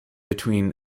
between